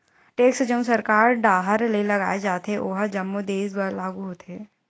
tax जउन सरकार डाहर ले लगाय जाथे ओहा जम्मो देस बर लागू होथे